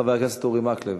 חבר הכנסת אורי מקלב.